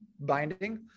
binding